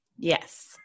Yes